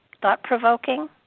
thought-provoking